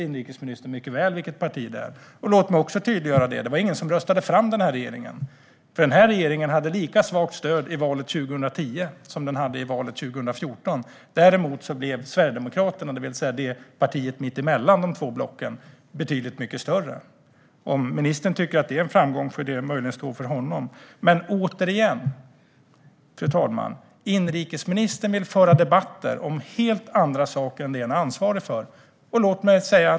Inrikesministern vet mycket väl vilket parti det var. Låt mig också tydliggöra: Det var ingen som röstade fram denna regering, för det här regeringsunderlaget hade lika svagt stöd i valet 2010 som i valet 2014. Men Sverigedemokraterna, det vill säga partiet mitt emellan de två blocken, blev betydligt större. Om ministern tycker att det var en framgång får det stå för honom. Fru ålderspresident! Inrikesministern vill föra debatt om helt andra saker än det han är ansvarig för.